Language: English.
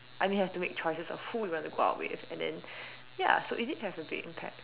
I mean have to make choices of who we want to go out with and then ya so it did have a big impact